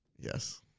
Yes